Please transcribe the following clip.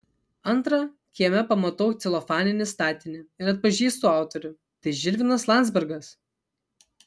antra kieme pamatau celofaninį statinį ir atpažįstu autorių tai žilvinas landzbergas